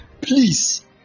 Please